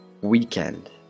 Weekend